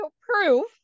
proof